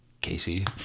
Casey